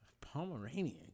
Pomeranian